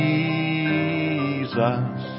Jesus